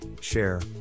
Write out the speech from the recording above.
share